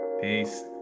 Peace